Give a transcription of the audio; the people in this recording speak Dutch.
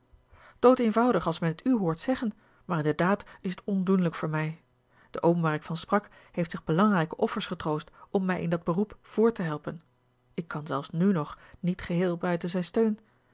doodeenvoudig als men t u hoort zeggen maar in de daad is t ondoenlijk voor mij de oom waar ik van sprak heeft zich belangrijke offers getroost om mij in dat beroep voort te helpen ik kan zelfs nù nog niet geheel buiten zijn steun